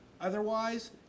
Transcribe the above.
Otherwise